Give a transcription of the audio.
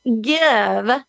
give